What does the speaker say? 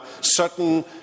certain